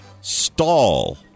stall